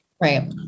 Right